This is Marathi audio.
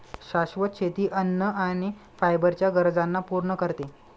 शाश्वत शेती अन्न आणि फायबर च्या गरजांना पूर्ण करते